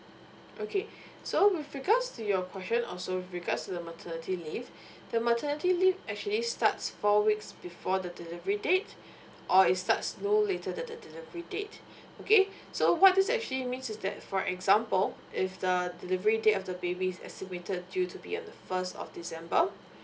okay so with regards to your question also with regards to the maternity leave the maternity leave actually starts four weeks before the delivery date or it starts no later than the delivery date okay so what this actually means is that for example if the delivery date of the baby is estimated due to be on the first of december